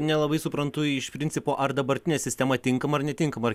nelabai suprantu iš principo ar dabartinė sistema tinkama ar netinkama ar